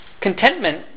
Contentment